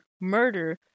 murder